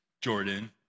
Jordan